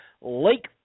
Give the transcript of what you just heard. Lake